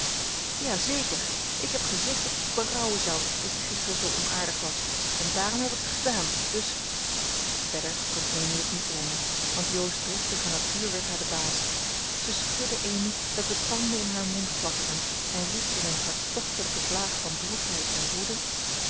zeker ik heb gezegd dat het je berouwen zou dat je gisteren zoo onaardig was en daarom heb ik het gedaan dus verder kon amy het niet brengen want jo's driftige natuur werd haar de baas ze schudde amy dat de tanden in haar mond klapperden en riep in een hartstochtelijke vlaag van droefheid en woede